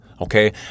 Okay